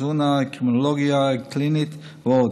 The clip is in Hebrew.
תזונה, קרימינולוגיה קלינית ועוד.